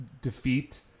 defeat